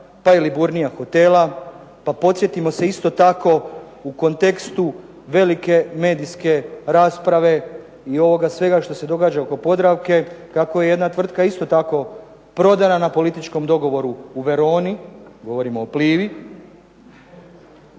pa i Liburnija hotela, podsjetimo se itako tako u kontekstu velike medijske rasprave i ovoga svega što se događa oko "Podravke", kako je jedna tvrtka isto tako prodana na političkom dogovoru u Veroni, govorim o "Plivi".